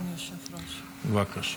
בבקשה.